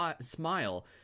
smile